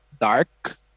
dark